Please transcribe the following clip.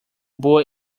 boa